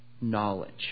knowledge